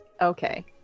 Okay